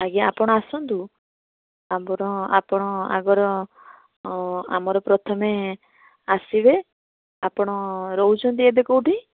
ଆଜ୍ଞା ଆପଣ ଆସନ୍ତୁ ଆପଣ ଆମର ଆଗର ଆପଣ ପ୍ରଥମେ ଆସିବେ ଆପଣ ରହୁଛନ୍ତି ଏବେ କେଉଁଠି